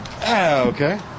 Okay